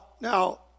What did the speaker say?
Now